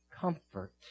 comfort